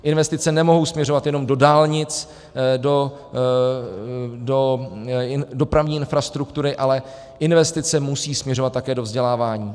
Investice nemohou směřovat jenom do dálnic, do dopravní infrastruktury, ale investice musí směřovat také vzdělávání.